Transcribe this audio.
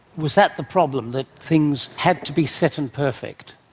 was that the problem, that things had to be set and perfect?